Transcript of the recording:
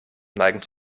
neigen